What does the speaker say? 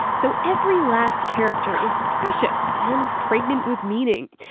so every last character is precious and pregnant with meaning.